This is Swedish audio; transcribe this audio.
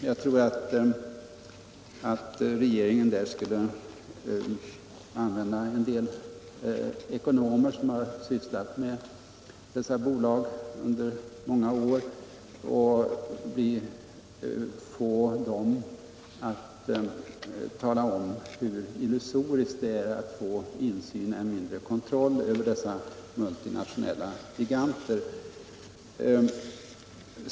Jag tror att regeringen skulle lyssna till en del ekonomer som under många år sysslat med dessa bolag och som skulle kunna tala om hur illusoriskt det är att tro att någon enskild stat kan få insyn i, än mindre kontroll över, dessa multinationella giganter.